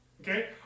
Okay